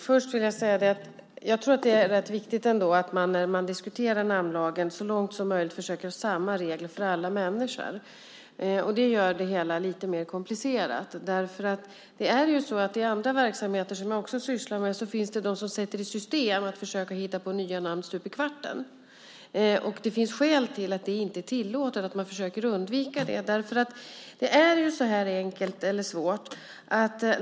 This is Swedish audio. Fru talman! Jag tror att det är viktigt att man när man diskuterar namnlagen så långt som möjligt försöker ha samma regler för alla människor. Det gör det hela lite mer komplicerat. I andra verksamheter finns det personer som sätter i system att försöka hitta på nya namn stup i kvarten. Det finns skäl till att sådant inte är tillåtet. Man försöker undvika det.